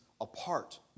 apart